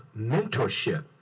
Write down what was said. mentorship